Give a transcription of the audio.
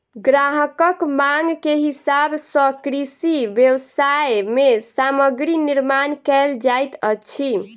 ग्राहकक मांग के हिसाब सॅ कृषि व्यवसाय मे सामग्री निर्माण कयल जाइत अछि